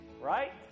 Right